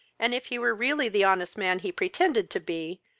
and, if he were really the honest man he pretended to be,